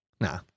Nah